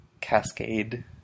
cascade